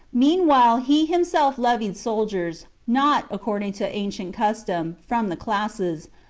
meanwhile he himself levied soldiers, not, according to ancient custom, from the classes,